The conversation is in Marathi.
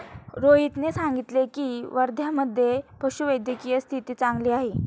रोहितने सांगितले की, वर्ध्यामधे पशुवैद्यकीय स्थिती चांगली आहे